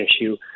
issue